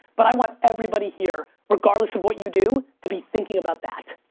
but i want everybody here, regardless of what you do, to be thinking about that.